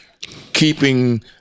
keeping